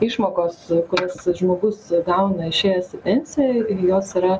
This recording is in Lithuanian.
išmokos kurias žmogus gauna išėjęs į pensiją jos yra